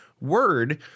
Word